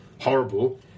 horrible